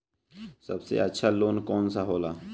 सबसे अच्छा लोन कौन सा होला?